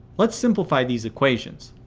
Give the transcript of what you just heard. let's simplify these equations.